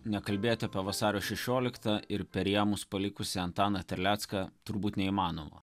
nekalbėti apie vasario šešioliktą ir perėmus palikusį antaną terlecką turbūt neįmanoma